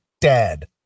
dead